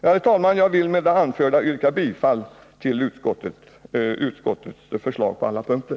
Herr talman! Jag vill med det anförda yrka bifall till utskottets förslag på alla punkter.